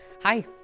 hi